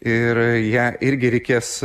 ir ją irgi reikės